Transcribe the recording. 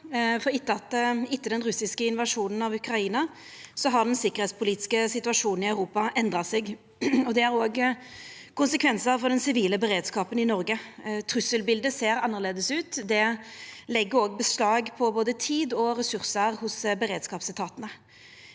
for etter den russiske invasjonen av Ukraina har den sikkerheitspolitiske situasjonen i Europa endra seg. Det har òg konsekvensar for den sivile beredskapen i Noreg. Trusselbildet ser annleis ut. Det legg beslag på både tid og resursar hos beredskapsetatane.